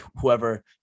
whoever